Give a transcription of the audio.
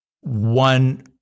One